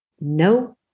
no